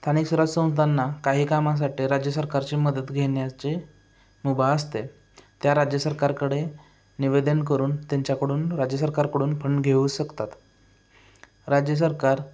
स्थानिक सरास संस्थांना काही कामासाठी राज्य सरकारची मदत घेण्याची मुभा असते त्या राज्य सरकारकडे निवेदन करून त्यांच्याकडून राज्य सरकारकडून फंड घेऊ शकतात राज्य सरकार